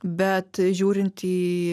bet žiūrint į